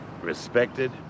Respected